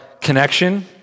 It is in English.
connection